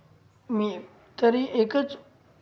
मी तरी एकच